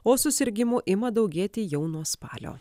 o susirgimų ima daugėti jau nuo spalio